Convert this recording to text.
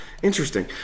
Interesting